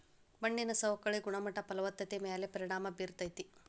ಮಣ್ಣಿನ ಸವಕಳಿ ಗುಣಮಟ್ಟ ಫಲವತ್ತತೆ ಮ್ಯಾಲ ಪರಿಣಾಮಾ ಬೇರತತಿ